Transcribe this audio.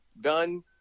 Done